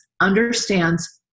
understands